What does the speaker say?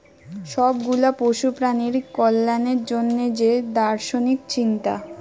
সব গুলা পশু প্রাণীর কল্যাণের জন্যে যে দার্শনিক চিন্তা